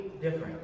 different